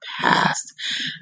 past